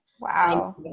Wow